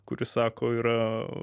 kuris sako yra